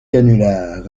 canulars